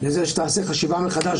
לזה שתיעשה חשיבה מחדש